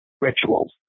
rituals